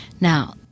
Now